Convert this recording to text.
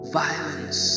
violence